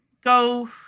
go